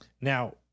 Now